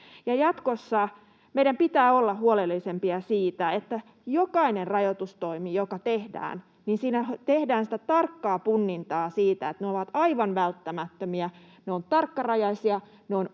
Jatkossa meidän pitää olla huolellisempia siinä, että jokaisessa rajoitustoimessa, joka tehdään, punnitaan tarkkaan sitä, että ne ovat aivan välttämättömiä, ne ovat tarkkarajaisia